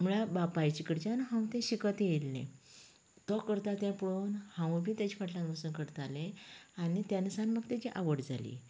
म्हळ्यार बापायचे कडच्यान हांव तें शिकत येल्ले तो करता तें पळोवन हावूंय बीन ताचे फाटल्यान वचोन करताले आनी तेन्ना सावन म्हाका तेची आवड जाली